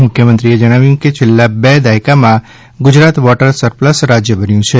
મુખ્યમંત્રીએ જણાવ્યું કે છેલ્લા બે દાયકામાં ગુજરાત વોટર સરપ્લસ રાજ્ય બન્યું છે